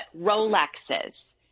Rolexes